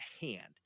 hand